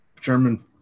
German